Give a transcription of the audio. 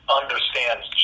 understands